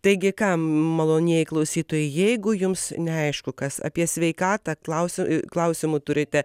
taigi kam malonieji klausytojai jeigu jums neaišku kas apie sveikatą klausiu klausimų turite